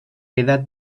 queda